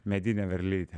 medinė varlytė